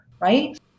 right